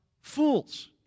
fools